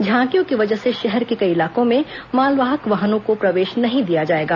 झांकियों की वजह से शहर के कई इलाकों में मालवाहक वाहनों को प्रवेश नहीं दिया जाएगा